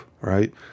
right